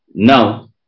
Now